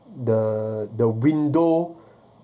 the the window